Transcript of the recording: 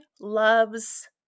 loves